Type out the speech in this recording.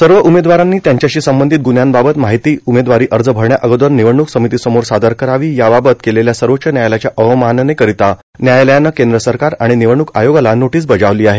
सर्व उमेदवारांनी त्यांच्यांशी संबंधित गुव्ह्यांबाबत माहिती उमेदवारी अर्ज भरण्या अगोदर निवडणूक समितीसमोर सादर करावी याबाबत केलेल्या सर्वोच्च न्यायालयाच्या अवमानने करिता व्यायालयानं केंद्र सरकार आणि निवडणूक आयोगाला नोटीस बजावली आहे